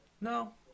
No